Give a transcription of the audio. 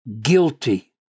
guilty